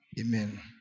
Amen